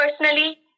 Personally